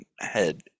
head